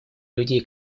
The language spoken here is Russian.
людей